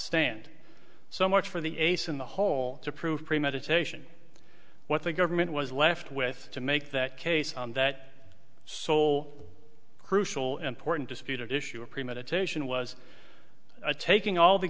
stand so much for the ace in the hole to prove premeditation what the government was left with to make that case on that sole crucial important disputed issue of premeditation was taking all the